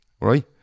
right